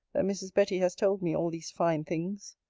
that mrs. betty has told me all these fine things.